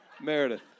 Meredith